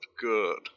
good